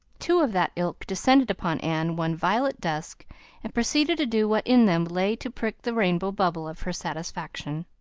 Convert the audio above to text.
two of that ilk descended upon anne one violet dusk and proceeded to do what in them lay to prick the rainbow bubble of her satisfaction.